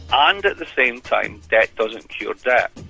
um and at the same time debt doesn't cure debt.